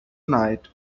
night